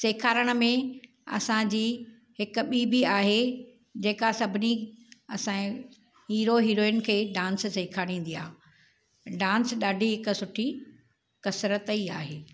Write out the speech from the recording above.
सेखारण में असां जी हिकु ॿी बि आहे जेका सभिनी असांजे हीरो हीरोइन खे डांस सेखारींदी आहे डांस ॾाढी हिकु सुठी कसरतु ई आहे